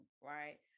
right